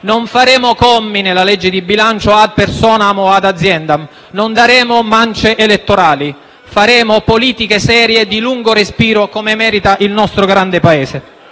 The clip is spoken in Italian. Non faremo commi nella legge di bilancio *ad personam* o "ad aziendam", non daremo mance elettorali: faremo politiche serie, di lungo respiro, come merita il nostro grande Paese.